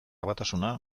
batasuna